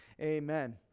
Amen